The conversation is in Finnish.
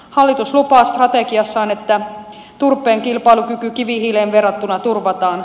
hallitus lupaa strategiassaan että turpeen kilpailukyky kivihiileen verrattuna turvataan